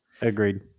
Agreed